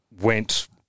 went –